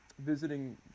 visiting